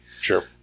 Sure